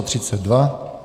32.